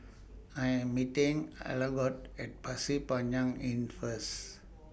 I Am meeting Algot At Pasir Panjang Inn First